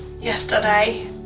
yesterday